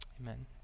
amen